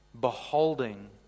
beholding